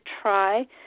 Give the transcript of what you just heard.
try